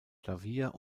klavier